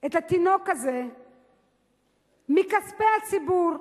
את התינוק הזה מכספי הציבור,